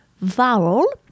vowel